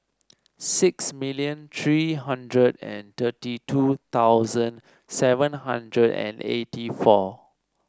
six million three hundred and thirty two thousand seven hundred and eighty four